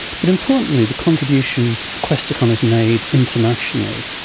but importantly the contribution questacon has made internationally,